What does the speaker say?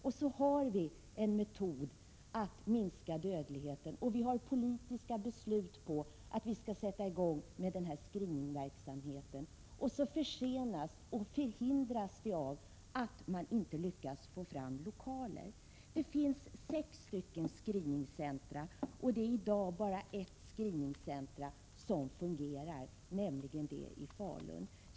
Vi har en metod att minska dödligheten, och vi har politiska beslut på att vi skall sätta i gång med denna screeningverksamhet, men detta försenas och förhindras på grund av att man inte lyckas få fram lokaler! Det finns sex screeningcentra, men det är i dag bara ett som fungerar, nämligen det i Falun.